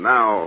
Now